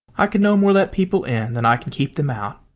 i can no more let people in than i can keep them out.